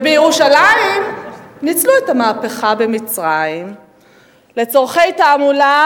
ובירושלים ניצלו את המהפכה במצרים לצורכי תעמולה,